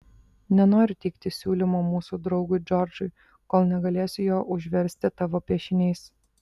nenoriu teikti siūlymo mūsų draugui džordžui kol negalėsiu jo užversti tavo piešiniais